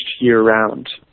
year-round